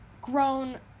grown